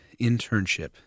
internship